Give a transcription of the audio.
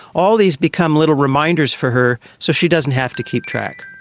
all these become little reminders for her so she doesn't have to keep track.